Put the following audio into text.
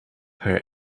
her